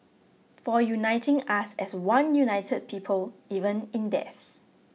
for uniting us as one united people even in death